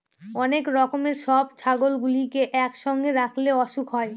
অনেক রকমের সব ছাগলগুলোকে একসঙ্গে রাখলে অসুখ হয়